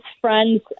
friends